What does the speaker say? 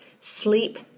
Sleep